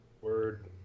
Word